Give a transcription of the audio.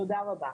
תודה רבה.